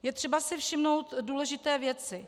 Je třeba si všimnout důležité věci.